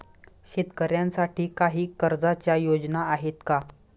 शेतकऱ्यांसाठी काही कर्जाच्या योजना आहेत का?